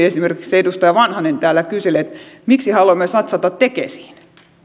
esimerkiksi edustaja vanhanen kyseli miksi haluamme satsata tekesiin